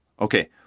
Okay